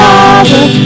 Father